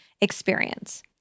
experience